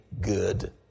good